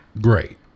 Great